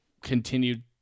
continued